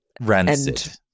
Rancid